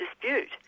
dispute